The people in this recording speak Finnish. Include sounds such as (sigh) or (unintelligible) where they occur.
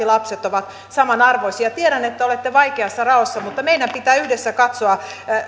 (unintelligible) lapset ovat samanarvoisia tiedän että olette vaikeassa raossa mutta meidän pitää yhdessä katsoa